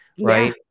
Right